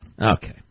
Okay